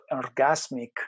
orgasmic